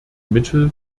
mittel